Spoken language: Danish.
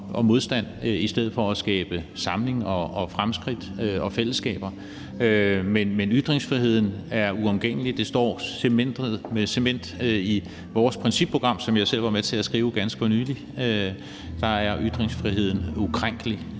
og modstand i stedet for at skabe samling og fremskridt og fællesskaber. Men ytringsfriheden er uomgængelig, og det er cementeret i vores principprogram, som jeg selv var med til at skrive for ganske nylig. Der er ytringsfriheden ukrænkelig,